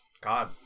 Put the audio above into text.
God